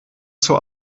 zur